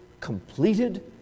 completed